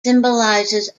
symbolises